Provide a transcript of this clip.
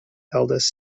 eldest